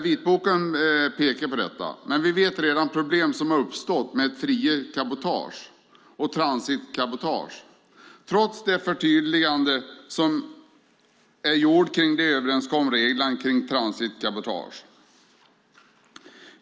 Vitboken pekar på detta, men vi vet redan problem som har uppstått med ett friare cabotage och transitcabotage, trots de förtydliganden som är gjorda av de överenskomna reglerna för transitcabotage.